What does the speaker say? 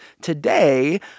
today